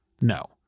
no